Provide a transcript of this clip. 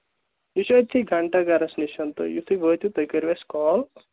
یہِ چھُ أتھی گَنٹا گَرَس نِش یُتھُے وٲتِو تُہۍ کٔرِو اَسہِ کال